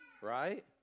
right